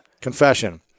Confession